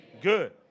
Good